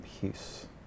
peace